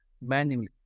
manually